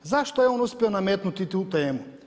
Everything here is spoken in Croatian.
Zašto je on uspio nametnuti tu temu?